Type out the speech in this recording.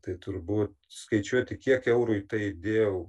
tai turbūt skaičiuoti kiek eurų į tai įdėjau